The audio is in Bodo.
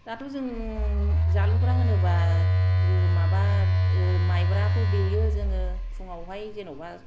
दाथ' जों जालुग्रा होनोबा जो माबा माइब्राखौ देयो जोङो फुङावहाय जेनबा